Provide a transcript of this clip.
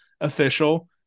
official